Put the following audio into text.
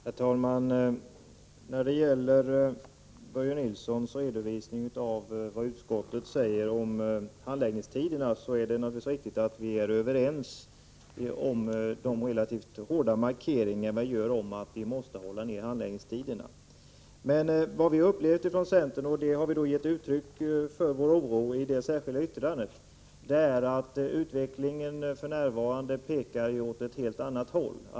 Herr talman! Det är naturligtvis riktigt som Börje Nilsson säger i sin redovisning, att vi är överens om den relativt hårda markeringen i utskottsbetänkandet om att man måste hålla nere handläggningstiderna. Men vad vi i centern har upplevt och gett uttryck för i det särskilda yttrandet är en oro för att utvecklingen för närvarande pekar åt ett helt annat håll.